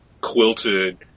quilted